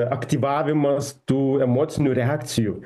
aktyvavimas tų emocinių reakcijų